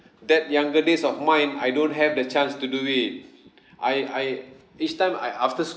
that younger days of mine I don't have the chance to do it I I each time I after